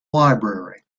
library